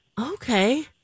Okay